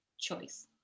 choice